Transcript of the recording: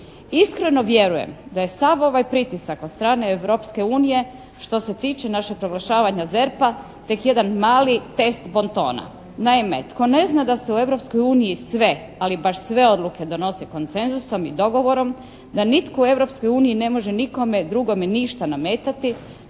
Iskreno vjerujem da je ovaj pritisak od strane Europske unije što se tiče našeg proglašavanja ZERP-a tek jedan mali test bontona. Naime, tko ne zna da se u Europskoj uniji sve, ali baš sve odluke donose koncenzusom i dogovorom, da nitko u Europskoj uniji ne možemo nikome drugome ništa nametati.